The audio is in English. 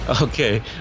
Okay